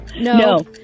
No